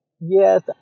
yes